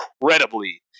incredibly